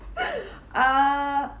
uh